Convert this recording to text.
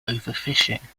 overfishing